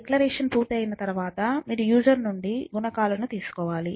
declaration పూర్తయిన తర్వాత మీరు యూసర్ నుండి గుణకాలను తీసుకోవాలి